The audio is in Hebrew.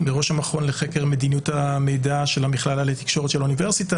בראש המכון לחקר מדיניות המידע של המכללה לתקשורת של האוניברסיטה,